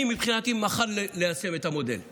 מבחינתי, ליישם את המודל מחר,